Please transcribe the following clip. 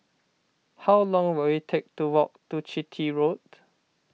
how long will it take to walk to Chitty Road